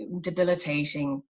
debilitating